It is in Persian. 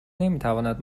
نمیتواند